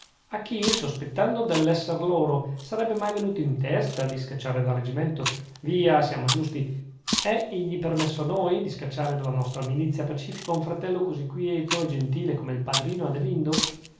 a chi sospettando dell'esser loro sarebbe mai venuto in testa di scacciarle dal reggimento via siamo giusti è egli permesso a noi di scacciare dalla nostra milizia pacifica un fratello così quieto e gentile come il padrino